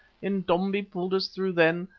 intombi pulled us through then,